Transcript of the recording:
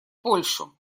польшу